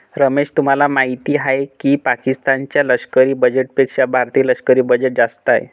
रमेश तुम्हाला माहिती आहे की पाकिस्तान च्या लष्करी बजेटपेक्षा भारतीय लष्करी बजेट जास्त आहे